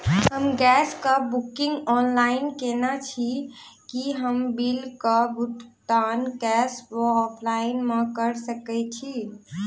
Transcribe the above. हम गैस कऽ booking online केने छी, की हम बिल कऽ भुगतान कैश वा ऑफलाइन मे कऽ सकय छी?